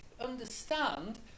understand